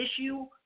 issue